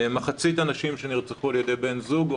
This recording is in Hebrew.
מחצית הנשים שנרצחו על ידי בן זוג או